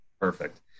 perfect